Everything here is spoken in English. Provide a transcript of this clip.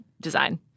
design